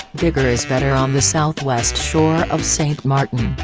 bigger is better on the southwest shore of st. maarten,